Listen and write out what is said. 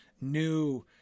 new